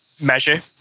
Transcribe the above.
measure